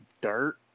dirt